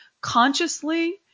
consciously